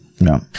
no